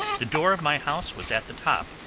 the door of my house was at the top,